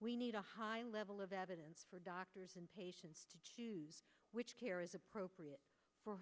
we need a high level of evidence for doctors and patients which care is appropriate for